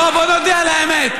בואו נודה על האמת.